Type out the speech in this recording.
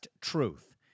Truth